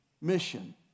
mission